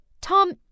Tom